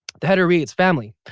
the header reads family.